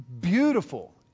beautiful